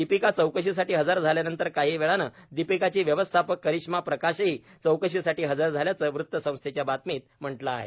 दिपिका चौकशीसाठी हजर झाल्यानंतर काही वेळानं दिपिकाची व्यवस्थापक करीश्मा प्रकाशही चौकशीसाठी हजर झाल्याचं वृत्तसंस्थेच्या बातमीत म्हटलं आहे